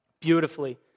beautifully